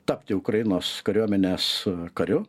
tapti ukrainos kariuomenės kariu